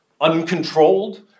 Uncontrolled